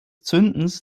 zündens